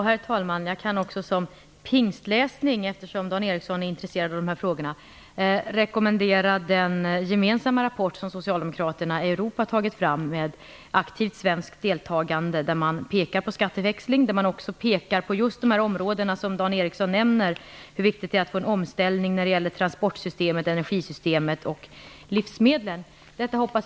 Herr talman! Eftersom Dan Ericsson är intresserad av dessa frågor kan jag som pingstläsning rekommendera den gemensamma rapport som socialdemokraterna i Europa med aktivt svenskt deltagande har tagit fram. Där pekar man på skatteväxling och på just de områden där det, som Dan Ericsson säger, är viktigt att få en omställning: transportsystemet, energisystemet och livsmedlen.